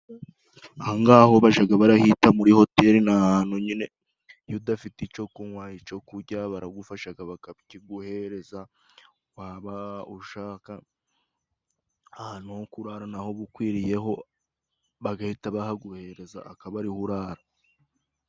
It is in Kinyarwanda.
Ahangaho bajaga barahita muri hoteli, ni ahantu nyine iyo udafite ico kunywa, ico kurya baragufashaga bakakiguhereza waba ushaka ahantu ho kurarara naho bukwiriyeho bagahita bahaguhereza akabariho urara.